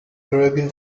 arabian